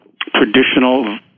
traditional